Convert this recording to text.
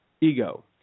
ego